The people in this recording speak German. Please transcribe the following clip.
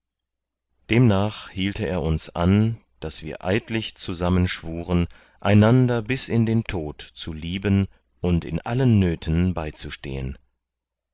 demnach hielte er uns an daß wir eidlich zusammen schwuren einander bis in den tod zu lieben und in allen nöten beizustehen